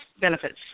benefits